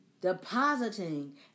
depositing